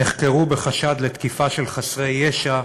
נחקרו בחשד לתקיפה של חסרי ישע,